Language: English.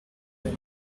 him